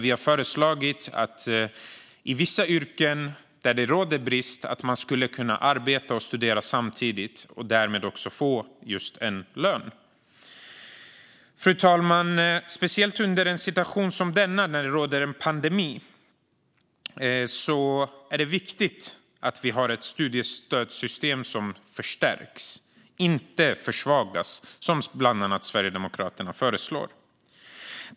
Vi har föreslagit att man i vissa bristyrken ska kunna studera och arbeta samtidigt och därmed också få just en lön. Fru talman! Speciellt i en situation som denna med en pandemi är det viktigt att vi har ett studiestödssystem som förstärks - inte försvagas, som bland annat Sverigedemokraterna föreslår.